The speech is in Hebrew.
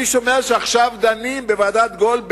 אני שומע שעכשיו דנים בוועדת-גולדברג